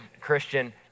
Christian